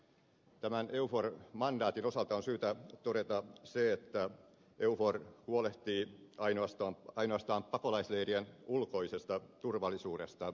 tämän eufor mandaatin osalta on syytä todeta se että eufor huolehtii ainoastaan pakolaisleirien ulkoisesta turvallisuudesta